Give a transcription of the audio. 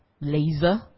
laser